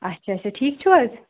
اچھا اچھا ٹھیٖک چھُو حظ